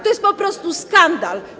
To jest po prostu skandal.